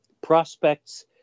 prospects